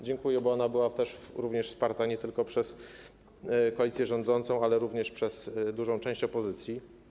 Dziękuję, bo ona była wsparta nie tylko przez koalicję rządzącą, ale również przez dużą część opozycji.